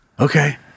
Okay